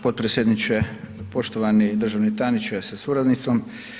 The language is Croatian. Potpredsjedniče, poštovani državni tajniče sa suradnicom.